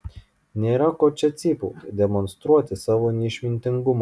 nėra ko čia cypauti demonstruoti savo neišmintingumą